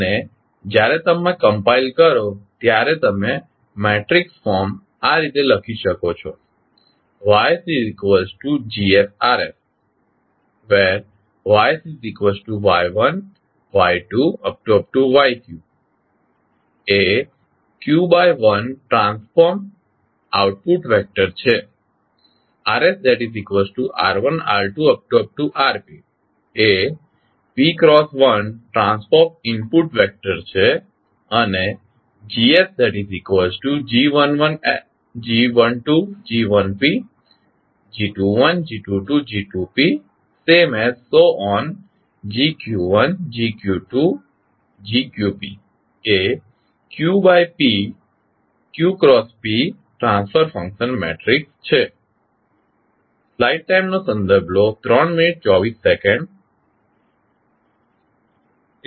અને જ્યારે તમે કમ્પાઇલ કરો ત્યારે તમે મેટ્રિક્સ ફોર્મ આ રીતે લખી શકો છો YsGsRs એ q×1 ટ્રાન્સફોર્મ્ડ આઉટપુટ વેક્ટર છે એ p×1 ટ્રાન્સફોર્મ્ડ ઇનપુટ વેક્ટર છે અને એ q×p ટ્રાન્સફર ફંક્શન મેટ્રિક્સ છે